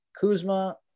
Kuzma